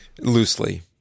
loosely